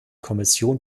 kommission